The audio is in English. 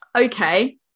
okay